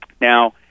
Now